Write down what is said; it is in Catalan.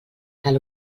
cal